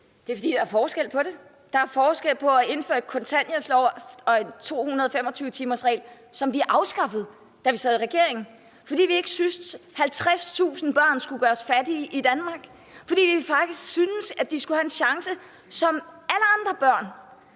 Det er, fordi der er forskel på det. Der er forskel på at indføre et kontanthjælpsloft og en 225-timersregel, som vi afskaffede, da vi sad i regering, fordi vi ikke synes, at 50.000 børn skulle gøres fattige i Danmark, fordi vi faktisk synes, at de skulle have en chance som alle andre børn.